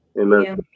Amen